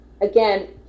again